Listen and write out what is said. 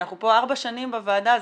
אנחנו פה ארבע שנים בוועדה.